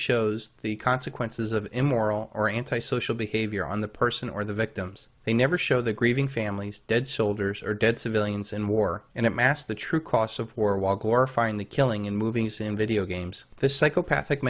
shows the consequences of immoral or anti social behavior on the person or the victims they never show their grieving families dead soldiers are dead civilians in war and it masked the true costs of war while glorifying the killing in movies in video games the psychopathic